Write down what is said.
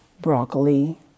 Broccoli